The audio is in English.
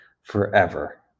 forever